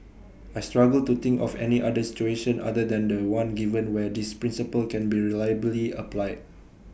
I struggle to think of any other situation other than The One given where this principle can be reliably applied